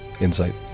insight